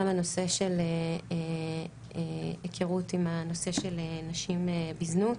הנושא של היכרות עם הנושא של נשים בזנות,